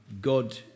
God